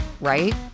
right